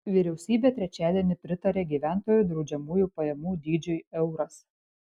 vyriausybė trečiadienį pritarė gyventojų draudžiamųjų pajamų dydžiui euras